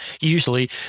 usually